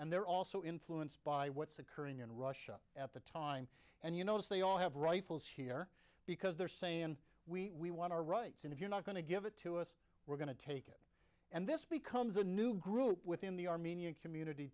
and they're also influenced by what's occurring in russia at the time and you notice they all have rifles here because they're saying we want our rights and if you're not going to give it to us we're going to take it and this becomes a new group within the armenian community